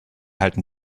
halten